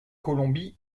colombie